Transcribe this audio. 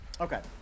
Okay